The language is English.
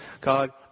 God